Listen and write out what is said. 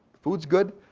food is good.